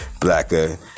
Blacker